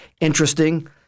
interesting